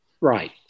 Right